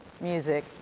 music